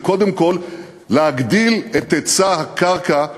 זה קודם כול להגדיל את היצע הקרקע לשוק,